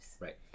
Right